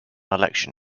election